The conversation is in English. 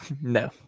No